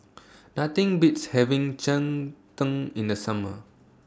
Nothing Beats having Cheng Tng in The Summer